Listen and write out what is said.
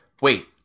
Wait